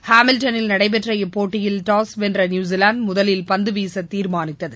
ஹாமில்டன்னில் நடைபெற்ற இப்போட்டியில் டாஸ் வென்ற நியூஸிலாந்து முதலில் பந்துவீச தீர்மானித்தது